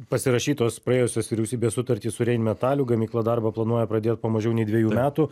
pasirašytos praėjusios vyriausybės sutartys su reinmetaliu gamykla darbą planuoja pradėt po mažiau nei dviejų metų